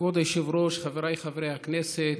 היושב-ראש, חבריי חברי הכנסת,